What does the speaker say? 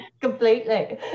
completely